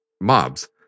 mobs